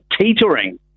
teetering